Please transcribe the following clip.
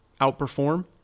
outperform